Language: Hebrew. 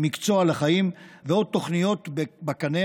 "מקצוע לחיים" ועוד תוכניות בקנה,